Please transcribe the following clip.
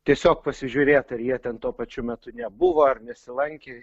tiesiog pasižiūrėt ar jie ten tuo pačiu metu nebuvo ar nesilankė